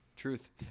truth